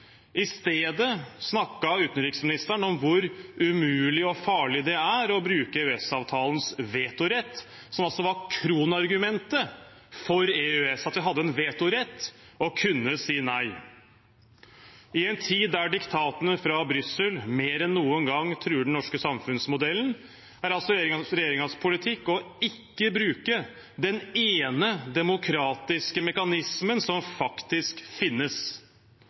I stedet snakket utenriksministeren om hvor umulig og farlig det er å bruke EØS-avtalens vetorett, som var kronargumentet for EØS – at vi hadde en vetorett og kunne si nei. I en tid da diktatene fra Brussel mer enn noen gang truer den norske samfunnsmodellen, er altså regjeringens politikk ikke å bruke den ene demokratiske mekanismen som faktisk finnes.